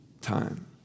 time